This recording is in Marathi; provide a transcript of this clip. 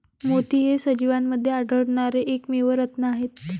मोती हे सजीवांमध्ये आढळणारे एकमेव रत्न आहेत